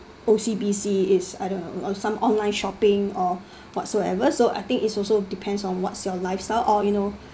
O_C_B_C is I don't know some online shopping or whatsoever so I think it's also depends on what's your lifestyle or you know